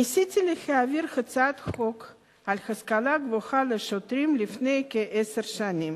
ניסיתי להעביר הצעת חוק על השכלה גבוהה לשוטרים לפני כעשר שנים.